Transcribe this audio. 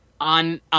on